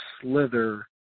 slither